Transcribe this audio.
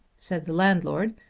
said the landlord,